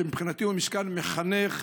שמבחינתי הוא משכן מחנך,